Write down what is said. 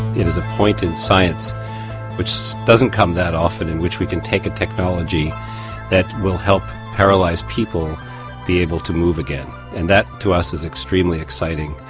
it is a point in science which doesn't come that often, in which we can take a technology that will help paralysed people be able to move again, and that to us is extremely exciting.